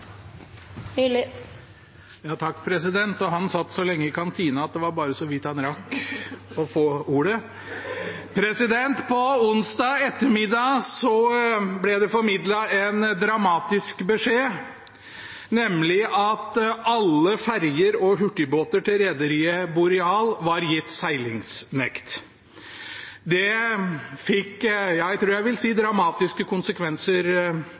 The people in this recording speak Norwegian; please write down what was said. Og han satt så lenge i kantina at det bare var så vidt han rakk å få ordet! På onsdag ettermiddag ble det formidlet en dramatisk beskjed, nemlig at alle ferjer og hurtigbåter til rederiet Boreal var gitt seilingsnekt. Det fikk – jeg tror jeg vil si – dramatiske konsekvenser,